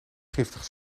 giftig